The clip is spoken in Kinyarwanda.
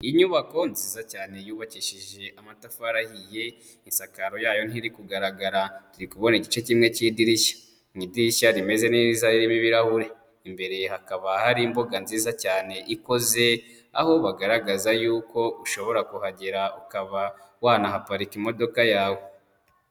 Inyubako nziza cyane yubakishije amatafari ahiye, isakaro yayo ntiri kugaragara, turi kubona igice kimwe cy'idirishya mu idirishya rimeze neza ririmo ibirahure, imbere hakaba hari imbuga nziza cyane ikoze aho bagaragaza yuko ushobora kuhagera ukaba wanahaparika imodoka yawe.